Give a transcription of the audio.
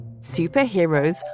Superheroes